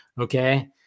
Okay